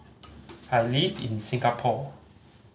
I live in Singapore